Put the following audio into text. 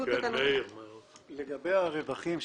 לגבי הרווחים,